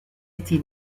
été